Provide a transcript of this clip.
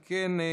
אם כן,